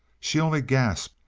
she only gasped,